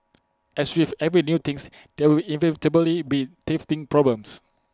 as with every new thing there will inevitably be teething problems